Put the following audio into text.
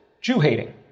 Jew-hating